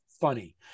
funny